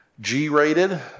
G-rated